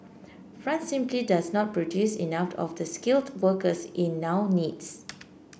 France simply does not produce enough of the skilled workers it now needs